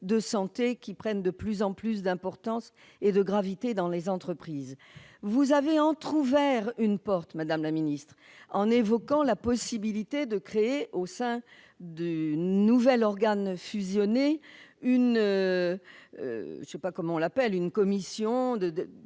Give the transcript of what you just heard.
de santé qui prennent de plus en plus d'importance et de gravité dans les entreprises. Vous avez entrouvert une porte, madame la ministre, en évoquant la possibilité de créer au sein du nouvel organe fusionné une sous-commission